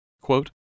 Quote